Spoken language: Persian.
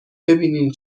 ببینین